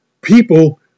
people